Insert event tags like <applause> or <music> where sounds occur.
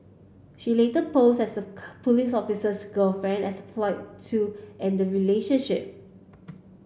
she later posed as the <unintelligible> police officer's girlfriend as a ploy to end the relationship